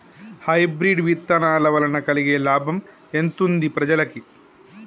Hybrid విత్తనాల వలన కలిగే లాభం ఎంతుంది ప్రజలకి?